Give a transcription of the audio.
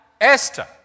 Esther